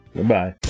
Goodbye